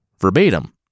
verbatim